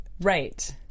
right